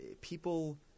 people